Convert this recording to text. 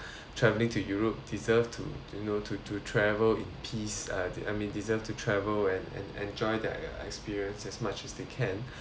travelling to europe deserve to you know to to travel in peace uh the I mean deserve to travel and and enjoy their experience as much as they can